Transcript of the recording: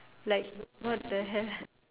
like what the hell